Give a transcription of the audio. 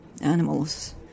animals